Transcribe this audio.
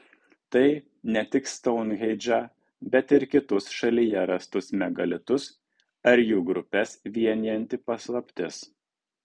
tai ne tik stounhendžą bet ir kitus šalyje rastus megalitus ar jų grupes vienijanti paslaptis